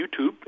YouTube